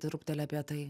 truputėlį apie tai